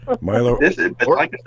Milo